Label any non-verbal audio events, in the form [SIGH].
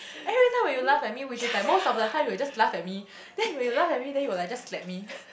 everytime when you laugh at me which is like most of the time you will just laugh at me then when you laugh at me then you will like just let me [BREATH]